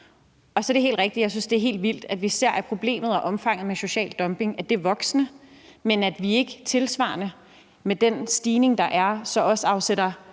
Og så er det helt rigtigt: Jeg synes, det er helt vildt, at vi ser, at problemet med og omfanget af social dumping er voksende, men at vi ikke tilsvarende med den stigning, der er, så også afsætter